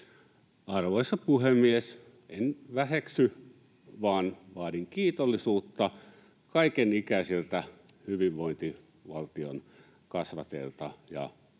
Arvoisa puhemies! En väheksy, vaan vaadin kiitollisuutta kaiken ikäisiltä hyvinvointivaltion kasvateilta ja eläteiltä.